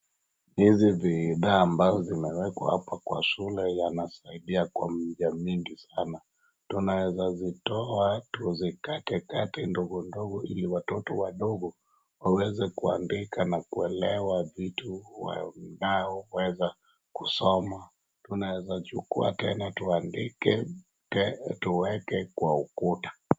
Hizi bidhaa ambazo zimewekwa hapa kwa shule yanasaidia kwa njia mingi sana, tunaweza zitoa tuzikate kate ndogondogo ili watoto wadogo waweze kuandika na kuelewa vitu wanaoweza kusoma, tunaweza chukua tena tuandike tuweke kwa ukuta.